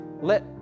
let